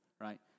right